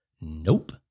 Nope